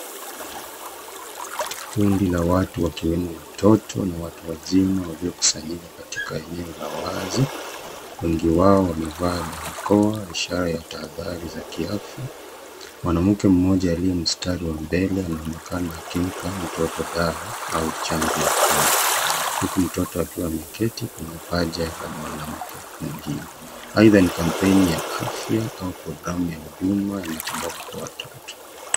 Kundi la watu wakiwemo watoto na watu wazima waliokusanyika katika eneo la wazi. Wengi wao wamevaa barakoa ishara ya tahadhari za kiafya. Mwanamke mmoja aliye mstari wa mbele anaonekana akimpa mtoto dawa au chanjo ya kunywa huku mtoto akiwa ameketi kwenye paja la mwanamke mwingine. Aidha ni kampeni ya afya au programu ya huduma ya matibabu kwa watoto.